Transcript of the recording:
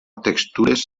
textures